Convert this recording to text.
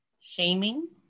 Shaming